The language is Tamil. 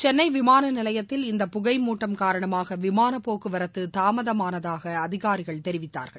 சென்னைவிமானநிலையத்தில இந்த புகைமூட்டம் காரணமாகவிமானபோக்குவரத்துதாமதமானதாகஅதிகாரிகள் தெரிவித்தார்கள்